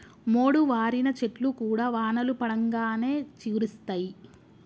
మోడువారిన చెట్లు కూడా వానలు పడంగానే చిగురిస్తయి